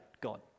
God